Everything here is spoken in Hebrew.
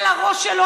על הראש שלו,